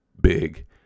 big